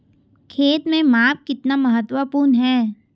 खेत में माप कितना महत्वपूर्ण है?